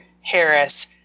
Harris